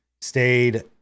stayed